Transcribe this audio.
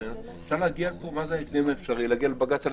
בגלל "בהקדם האפשרי" אפשר להגיע לבג"ץ.